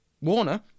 Warner